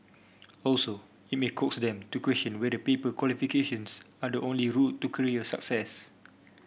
also it may coax them to question whether paper qualifications are the only route to career success